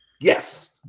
Yes